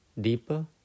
deeper